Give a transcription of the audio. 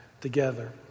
together